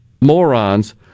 morons